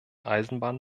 eisenbahn